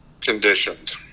Conditioned